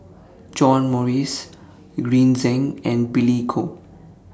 John Morrice Green Zeng and Billy Koh